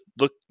look